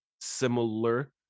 similar